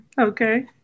okay